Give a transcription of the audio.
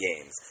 games